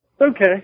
Okay